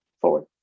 forward